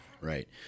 Right